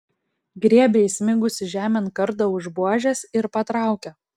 griebia įsmigusį žemėn kardą už buožės ir patraukia